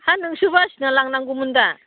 हा नोंसो बासिना लांनांगौमोन दा